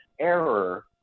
error